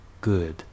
good